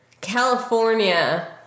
California